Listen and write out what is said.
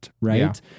right